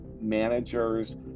managers